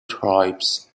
tribes